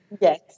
Yes